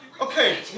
Okay